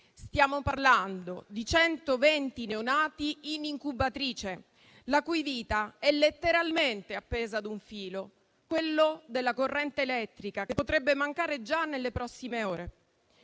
Stiamo parlando di 120 neonati in incubatrice, la cui vita è letteralmente appesa a un filo, quello della corrente elettrica, che potrebbe mancare già nelle prossime ore.